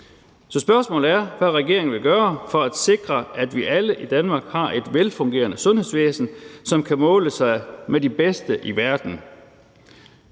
Så spørgsmålet er, hvad regeringen vil gøre for at sikre, at vi alle i Danmark har et velfungerende sundhedsvæsen, som kan måle sig med de bedste i verden.